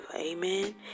Amen